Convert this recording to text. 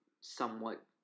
somewhat